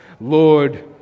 Lord